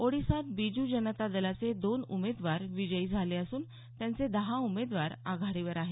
ओडिसात बिज् जनता दलाचे दोन उमेदवार विजय झाले असून त्यांचे दहा उमेदवार आघाडीवर आहेत